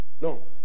No